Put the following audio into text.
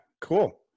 cool